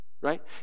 Right